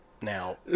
Now